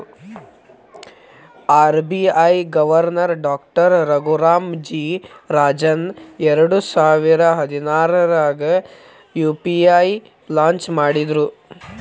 RBI governor doctor Raghuram G Rajan ಎರಡಸಾವಿರ ಹದ್ನಾರಾಗ UPI launch ಮಾಡಿದ್ರು